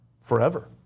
forever